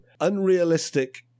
unrealistic